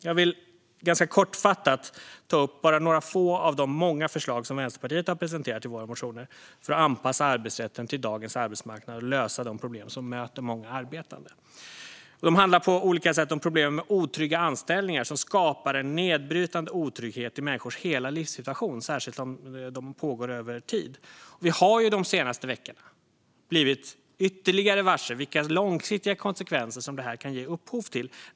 Jag vill ganska kortfattat ta upp bara några få av de många förslag som vi i Vänsterpartiet har presenterat i våra motioner för att anpassa arbetsrätten till dagens arbetsmarknad och lösa de problem som möter många arbetande. De handlar på olika sätt om problemen med otrygga anställningar som skapar en nedbrytande otrygghet i människors hela livssituation, särskilt när de pågår över tid. Vi har ju de senaste veckorna blivit ytterligare varse vilka långsiktiga konsekvenser detta kan ge upphov till.